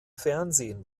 fernsehen